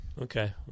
Okay